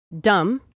dumb